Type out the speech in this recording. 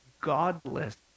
godless